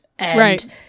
right